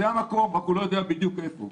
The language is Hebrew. שזה המקום אלא שהוא לא יודע בדיוק היכן.